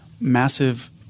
massive